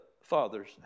Father's